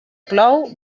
plou